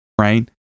right